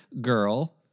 girl